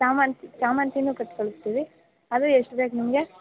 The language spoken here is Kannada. ಶ್ಯಾಮಂತಿ ಶ್ಯಾಮಂತಿನೂ ಕೊಟ್ಕಳ್ಸ್ತೀವಿ ಅದು ಎಷ್ಟು ಬೇಕು ನಿಮಗೆ